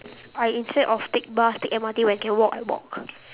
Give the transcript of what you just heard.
I instead of take bus take M_R_T when can walk walk